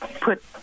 put